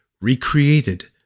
recreated